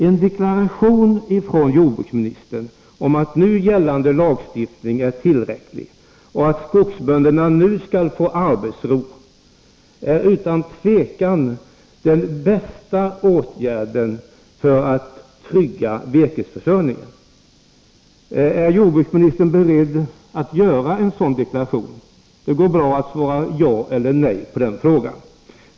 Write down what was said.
En deklaration från jordbruksministern om att nu gällande lagstiftning är tillräcklig och att skogsbönderna nu skall få arbetsro är utan tvivel den bästa åtgärden för att trygga virkesförsörjningen. Är jordbruksministern beredd att göra en sådan deklaration? Det går bra att svara ja eller nej på den frågan.